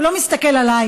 הוא לא מסתכל עליי